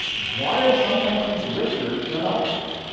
why are some countries richer than others?